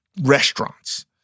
restaurants